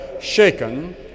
shaken